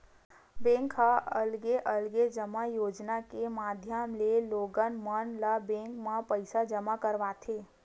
bank ह अलगे अलगे जमा योजना के माधियम ले लोगन मन ल बेंक म पइसा जमा करवाथे